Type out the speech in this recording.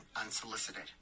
unsolicited